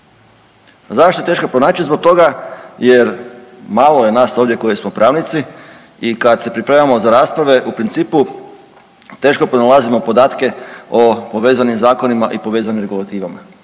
Zašto je teško pronaći zbog toga jer malo je nas ovdje koji smo pravnici i kad se pripremamo za rasprave u principu teško pronalazimo podatke o povezanim Zakonima i povezanim Regulativama.